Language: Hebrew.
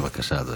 בבקשה.